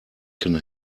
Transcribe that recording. can